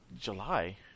July